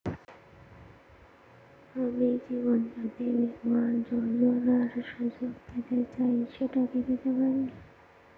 আমি জীবনয্যোতি বীমা যোযোনার সুযোগ পেতে চাই সেটা কি পেতে পারি?